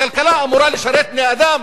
הכלכלה אמורה לשרת בני-אדם